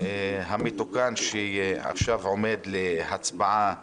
המתוקן שעכשיו עומד להצבעה